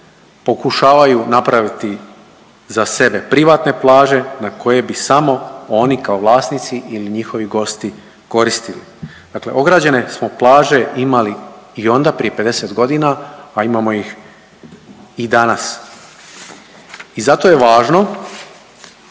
pokušavaju napraviti za sebe privatne plaže na koje bi samo oni kao vlasnici ili njihovi gosti koristili. Dakle, ograđene smo plaže imali i onda prije 50 godina, a imamo ih i danas. I zato je važno